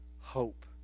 hope